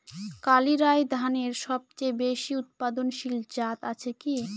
কালিরাই ধানের সবচেয়ে বেশি উৎপাদনশীল জাত আছে কি?